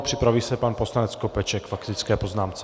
Připraví se pan poslanec Skopeček k faktické poznámce.